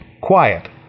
quiet